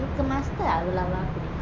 ஏன் உரைக்கும்:yean uraikuma